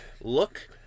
Look